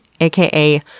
aka